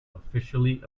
officially